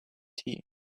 tea